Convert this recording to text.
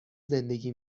زندگی